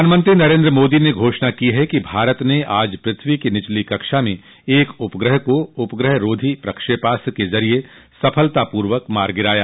प्रधानमंत्री नरेन्द्र मोदी ने घोषणा की है कि भारत ने आज प्रथ्वी की निचली कक्षा में एक उपग्रह को उपग्रहरोधी प्रक्षेपास्त्र के जरिए सफलतापूर्वक मार गिराया